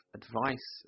advice